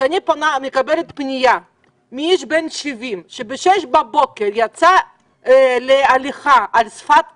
כשאני מקבלת פנייה מאדם בן 70 שב-6:00 בבוקר יצא להליכה על שפת הכינרת,